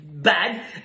Bad